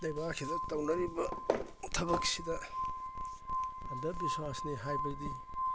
ꯂꯩꯕꯥꯛꯁꯤꯗ ꯇꯧꯅꯔꯤꯕ ꯊꯕꯛꯁꯤꯗ ꯑꯟꯗꯕꯤꯁ꯭ꯋꯥꯁꯅꯤ ꯍꯥꯏꯕꯗꯤ